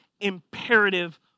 imperative